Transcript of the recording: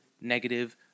negative